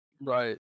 Right